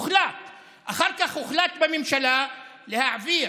אחר כך הוחלט בממשלה להעביר,